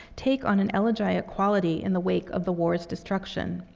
take on an elegiac quality in the wake of the war's destruction.